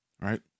right